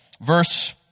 Verse